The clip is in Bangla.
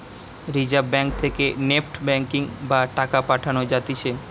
রিজার্ভ ব্যাঙ্ক থেকে নেফট ব্যাঙ্কিং বা টাকা পাঠান যাতিছে